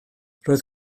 roedd